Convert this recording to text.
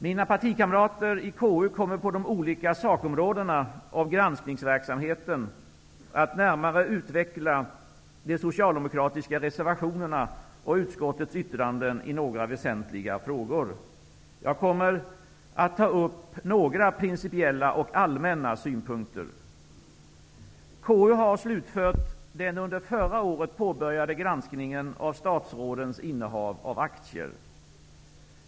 Mina partikamrater i KU kommer på de olika sakområdena av granskningsverksamheten att närmare utveckla de socialdemokratiska reservationerna och utskottets yttranden i några väsentliga frågor. Jag kommer att ta upp några principiella och allmänna synpunkter. KU har slutfört den under förra året påbörjade granskningen av statsrådens innehav av aktier.